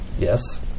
Yes